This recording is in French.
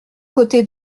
côté